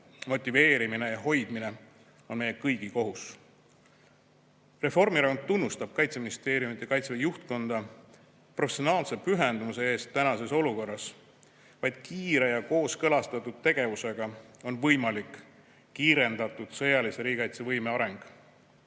motiveerimine ja hoidmine on meie kõigi kohus. Reformierakond tunnustab Kaitseministeeriumi ja Kaitseväe juhtkonda professionaalse pühendumuse eest tänases olukorras. Vaid kiire ja kooskõlastatud tegevusega on võimalik sõjalise riigikaitsevõime